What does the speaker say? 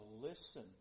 listen